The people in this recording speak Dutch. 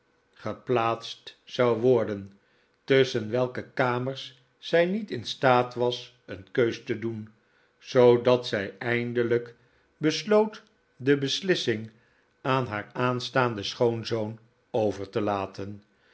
geplaatst zou worden tusschen welke kamers zij niet in staat was een keus te doen zoodat zij eindelijk benikola as nickleby sloot de beslissing aan haar aanstaanden schoonzoon over te laten